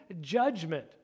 judgment